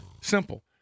Simple